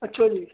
ਅੱਛਾ ਜੀ